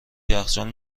یخچال